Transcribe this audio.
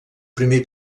primer